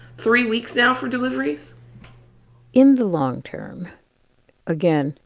three weeks now for deliveries in the long term again,